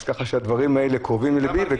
כך שהדברים האלה קרובים ללבי.